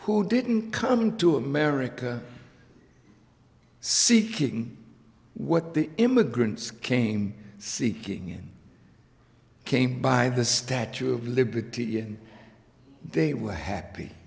who didn't come to america seeking what the immigrants came seeking came by the statue of liberty and they were happy